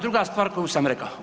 Druga stvar koju sam rekao.